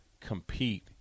compete